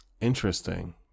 Interesting